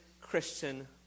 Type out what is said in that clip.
Christian